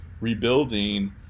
rebuilding